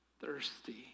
thirsty